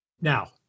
Now